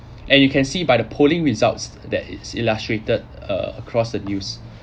and you can see by the polling results that is illustrated uh across the news